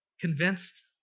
Convinced